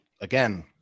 Again